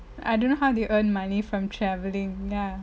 I don't know how they earn money from travelling ya